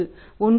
33 மடங்கு ஆகும்